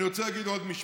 אני רוצה להגיד עוד משפט.